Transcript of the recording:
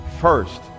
first